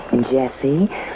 Jesse